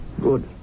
Good